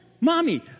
Mommy